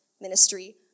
ministry